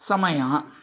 समयः